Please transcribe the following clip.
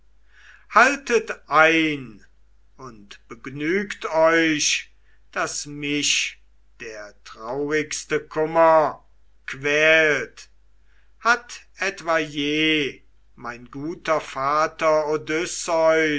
haltet ein und begnügt euch daß mich der traurigste kummer quält hat etwa je mein guter vater